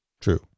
True